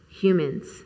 humans